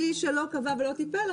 הוא קבע אזורים.